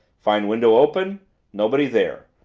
find window open nobody there.